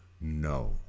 No